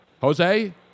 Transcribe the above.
Jose